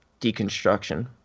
deconstruction